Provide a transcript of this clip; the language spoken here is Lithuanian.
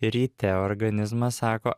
ryte organizmas sako